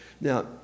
Now